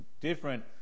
different